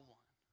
one